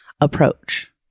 approach